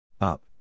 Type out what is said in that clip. Up